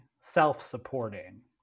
self-supporting